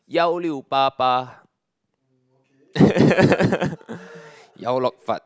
幺六八八